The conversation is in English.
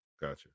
gotcha